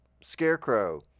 Scarecrow